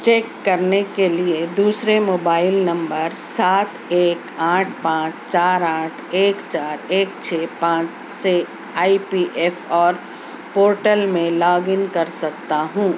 چک کرنے کے لیے دوسرے موبائل نمبر سات ایک آٹھ پانچ چار آٹھ ایک چار ایک چھ پانچ سے آئی پی ایف اور پورٹل میں لاگ ان کر سکتا ہوں